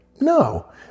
No